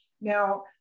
Now